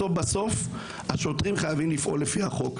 ובסוף השוטרים חייבים לפעול לפי החוק.